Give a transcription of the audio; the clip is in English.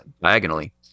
diagonally